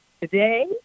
Today